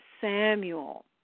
Samuel